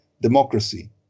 democracy